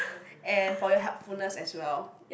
and for your helpfulness as well